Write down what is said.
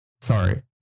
Sorry